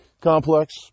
complex